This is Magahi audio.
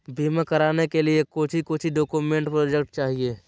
बीमा कराने के लिए कोच्चि कोच्चि डॉक्यूमेंट प्रोजेक्ट चाहिए?